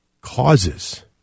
causes